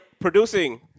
producing